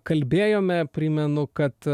kalbėjome primenu kad